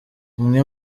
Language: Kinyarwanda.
umwe